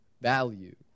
value